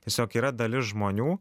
tiesiog yra dalis žmonių